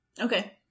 Okay